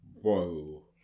Whoa